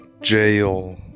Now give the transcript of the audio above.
jail